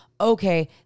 okay